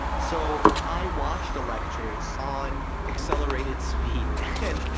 so i watched the lectures on accelerated speed. and